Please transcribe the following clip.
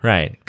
Right